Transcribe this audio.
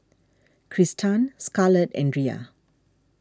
Kristan Scarlett and Riya